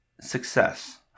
success